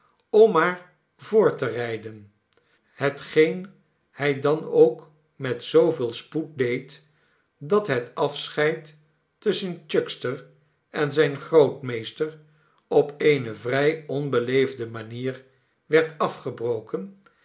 om maar voort te rijden hetgeen hij dan ook met zooveel spoed deed dat het afscheid tusschen chuckster en zijn grootmeester op eene vrij onbeleefde manier werd afgebroken